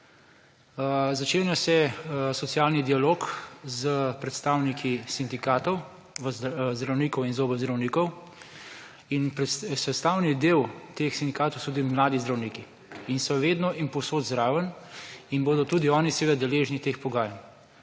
Začenja se socialni dialog s predstavniki sindikatov zdravnikov in zobozdravnikov in sestavni del teh sindikatov so tudi mladi zdravniki in so vedno in povsod zraven in bodo tudi oni seveda deležni teh pogajanj.